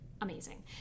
Amazing